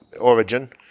origin